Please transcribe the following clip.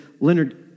Leonard